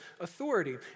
authority